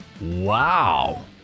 Wow